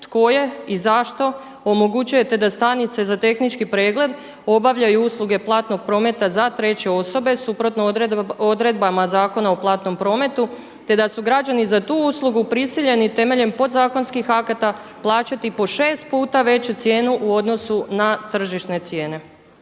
tko je i zašto omogućujete da stanice za tehnički pregled obavljaju usluge platnog prometa za treće osobe suprotno odredbama Zakona o platnom prometu te da su građani za tu uslugu prisiljeni temeljem podzakonskih akata plaćati po 6 puta veću cijenu u odnosu na tržišne cijene.